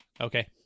Okay